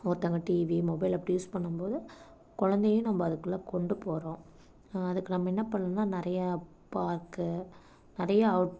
ஒருத்தவங்கள் TV mobile அப்படி use பண்ணும்போது கொழந்தையும் நம்ம அதுக்குள்ளே கொண்டு போகிறோம் அதுக்கு நம்ம என்ன பண்ணணுன்னால் நிறையா பார்க்க நிறையா அவுட்